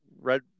Red